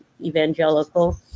evangelical